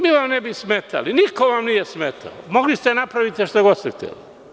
Mi vam ne bi smetali, niko vam nije smetao, mogli ste da napravite šta god ste hteli.